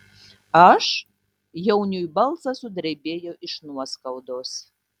aš jauniui balsas sudrebėjo iš nuoskaudos